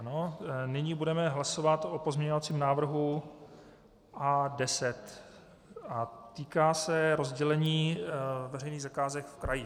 Ano, nyní budeme hlasovat o pozměňovacím návrhu A10 a týká se rozdělení veřejných zakázek v krajích.